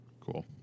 Cool